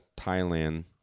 Thailand